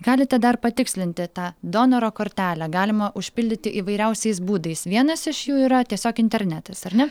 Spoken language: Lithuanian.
galite dar patikslinti tą donoro kortelę galima užpildyti įvairiausiais būdais vienas iš jų yra tiesiog internetas ar ne